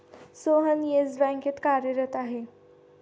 Sohan Yes बँकेत कार्यरत आहे